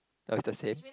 oh is the same